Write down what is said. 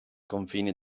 confini